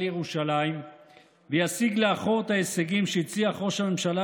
ירושלים ויסיג לאחור את ההישגים שהצליח ראש הממשלה